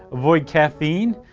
avoid caffeine,